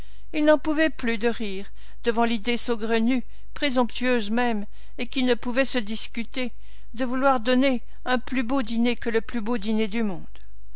ils n'en pouvaient plus de rire devant l'idée saugrenue présomptueuse même et qui ne pouvait se discuter de vouloir donner un plus beau dîner que le plus beau dîner du monde